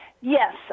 Yes